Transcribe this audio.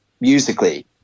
musically